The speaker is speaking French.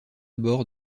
bord